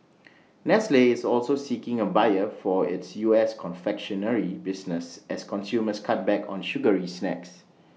nestle is also seeking A buyer for its U S confectionery business as consumers cut back on sugary snacks